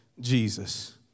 Jesus